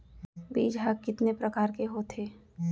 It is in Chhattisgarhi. बीज ह कितने प्रकार के होथे?